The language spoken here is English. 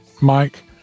Mike